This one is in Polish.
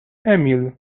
emil